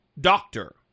doctor